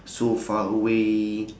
so far away